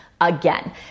again